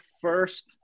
first